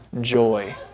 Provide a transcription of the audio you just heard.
joy